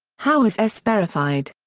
how is s verified?